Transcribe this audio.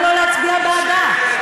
למה לא להצביע בעדה?